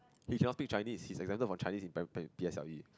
he cannot speak Chinese he is exempted from Chinese in prima~ P_S_L_E